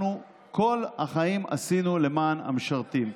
אנחנו כל החיים עשינו למען המשרתים,